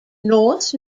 north